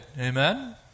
Amen